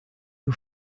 you